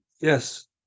yes